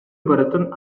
барытын